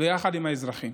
ויחד עם האזרחים.